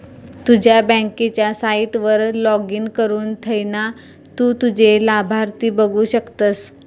तुझ्या बँकेच्या साईटवर लाॅगिन करुन थयना तु तुझे लाभार्थी बघु शकतस